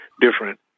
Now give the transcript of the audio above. different